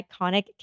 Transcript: iconic